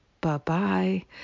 Bye-bye